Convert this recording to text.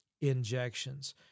injections